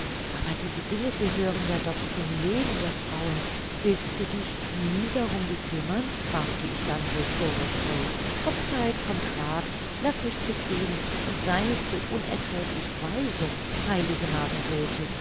aber diese dinge gehören ja doch zum leben der frauen willst du dich nie darum bekümmern fragte ich dann wohl vorwurfsvoll kommt zeit kommt rath laß mich zufrieden und sei nicht so unerträglich weise heilige margarethe